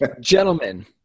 gentlemen